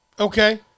Okay